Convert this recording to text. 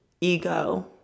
ego